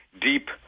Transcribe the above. deep